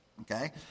Okay